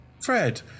Fred